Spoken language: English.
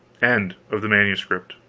end of the manuscript